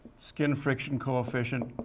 skin friction coefficient.